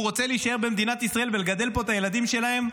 רוצה להישאר במדינת ישראל ולגדל פה את הילדים שלו,